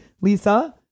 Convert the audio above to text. Lisa